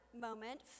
moment